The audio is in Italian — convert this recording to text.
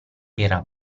era